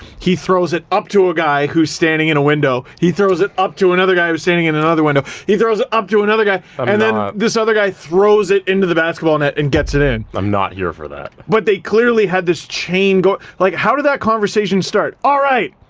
he throws it up to a guy who's standing in a window, he throws it up to another guy who's standing in and another window, he throws up to another guy, and then this other guy throws it into the basketball net and gets it in. i'm not here for that. but they clearly had this chain going. like, how did that conversation start? alright,